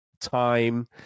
time